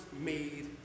made